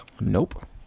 nope